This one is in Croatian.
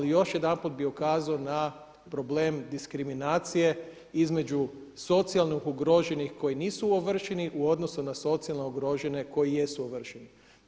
Još jedanput bih ukazao na problem diskriminacije između socijalno ugroženih koji nisu ovršeni u odnosu na socijalno ugrožene koji jesu ovršeni.